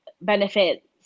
benefits